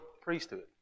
priesthood